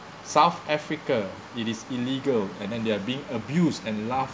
south africa it is illegal and then they are being abused and laugh